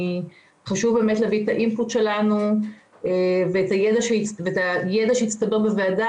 חשוב להביא את האימפוט שלנו ואת הידע שהצטבר בוועדה